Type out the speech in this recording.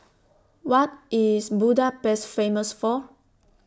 What IS Budapest Famous For